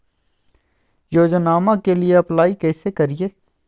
योजनामा के लिए अप्लाई कैसे करिए?